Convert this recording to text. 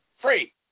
free